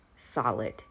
solid